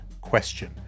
question